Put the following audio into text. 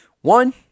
One